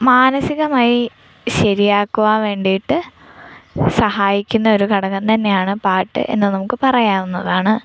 മാനസികമായി ശരിയാക്കുവാൻ വേണ്ടീട്ട് സഹായിക്കുന്ന ഒരു ഘടകം തന്നെയാണ് പാട്ട് എന്ന് നമുക്ക് പറയാവുന്നതാണ്